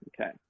Okay